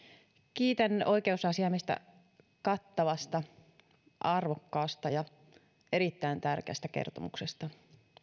kiitän oikeusasiamiestä kattavasta arvokkaasta ja erittäin tärkeästä kertomuksesta